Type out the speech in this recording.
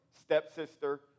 stepsister